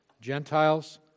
Gentiles